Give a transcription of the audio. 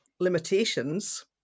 limitations